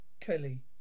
Kelly